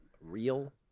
Real